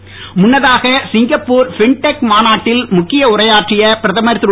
fintech முன்னதாக Singapore fintech மாநாட்டில் முக்கிய உரையாற்றிய பிரதமர் திரு